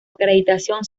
acreditación